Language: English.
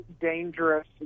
dangerous